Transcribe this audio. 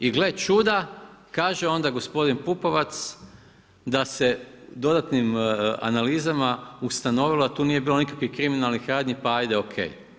I gle čuda, kaže onda gospodin Pupovac da se dodatnim analizama ustanovilo da tu nije bilo nikakvih kriminalnih radnji, pa ajde OK.